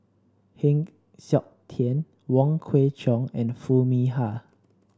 Heng Siok Tian Wong Kwei Cheong and Foo Mee Har